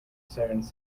sirens